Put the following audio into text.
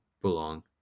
belong